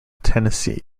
tennessee